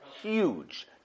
huge